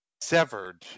severed